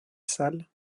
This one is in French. sall